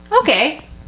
okay